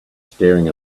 staring